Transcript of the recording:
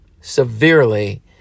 severely